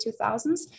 2000s